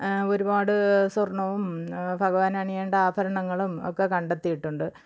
ഒരുപാട് സ്വർണവും ഭഗവാന് അണിയേണ്ട ആഭരണങ്ങളും ഒക്കെ കണ്ടെത്തിയിട്ടുണ്ട്